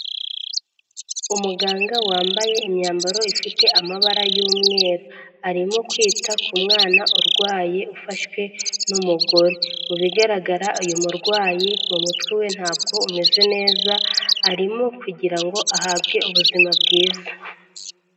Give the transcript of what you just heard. Umuganga wambaye imyambaro ifite amabara y'umweru. Arimo kwita ku mwana urwaye ufashwe n'umugore. Mu bigaragara uyu murwayi mu mutwe we ntabwo umeze neza, arimo kugira ngo ahabwe ubuzima bwiza.